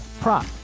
prop